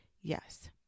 Yes